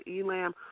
Elam